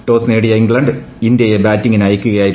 toss നേടിയ England ഇന്ത്യയെ ബാറ്റിങ്ങിന് അയയ്ക്കുകയായിരുന്നു